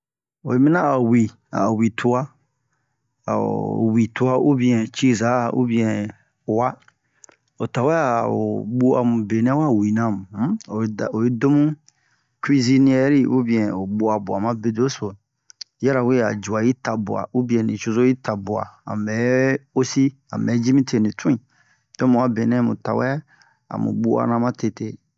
oyi miniyan a'o wi a'o wi a'o wi twa ubiyɛn ciza ubiyɛn uwa o tawɛ a'o buwa mu benɛ wa winamu o'i do mu kuwisinyɛri ubin o bu'a bwa ma bedeso yira we a djuwa'i tabuwa ubin nuozo i tabuwa a mun bɛ osi a mun bɛ mi te ni tu'in to mu a benɛ tawɛ a bwa na matete